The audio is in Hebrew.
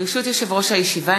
ברשות יושב-ראש הישיבה,